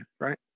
right